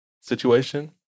situation